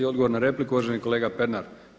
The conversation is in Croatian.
Odgovor na repliku uvaženi kolega Pernar.